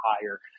higher